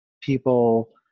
people